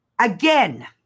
Again